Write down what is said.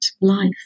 life